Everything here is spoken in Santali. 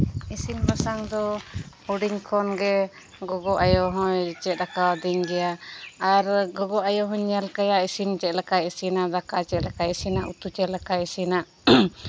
ᱤᱥᱤᱱ ᱵᱟᱥᱟᱝ ᱫᱚ ᱦᱩᱰᱤᱧ ᱠᱷᱚᱱ ᱜᱮ ᱜᱚᱜᱚ ᱟᱭᱳ ᱦᱚᱭ ᱪᱮᱫ ᱠᱟᱹᱣᱫᱤᱧ ᱜᱮᱭᱟ ᱟᱨ ᱜᱚᱜᱚ ᱟᱭᱳ ᱦᱚᱸᱧ ᱧᱮᱞ ᱠᱟᱭᱟ ᱤᱥᱤᱱ ᱪᱮᱫ ᱞᱮᱠᱟᱭ ᱤᱥᱤᱱᱟ ᱫᱟᱠᱟ ᱪᱮᱫ ᱞᱮᱠᱟᱭ ᱤᱥᱤᱱᱟ ᱩᱛᱩ ᱪᱮᱫ ᱞᱮᱠᱟᱭ ᱤᱥᱤᱱᱟ